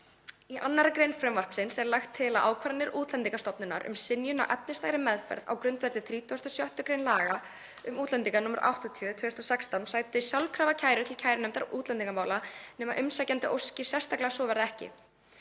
„Í 2. gr. frumvarpsins er lagt til að ákvarðanir Útlendingastofnunar um synjun á efnislegri meðferð á grundvelli 36. gr. laga um útlendinga nr. 80/2016 (útl.) sæti sjálfkrafa kæru til kærunefndar útlendingamála nema umsækjandi óski sérstaklega að svo verði ekki.